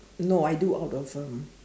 no I do out of um